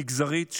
מגזרית,